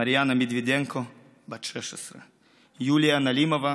מריאנה מדבדנקו, בת 16, יוליה נלימוב,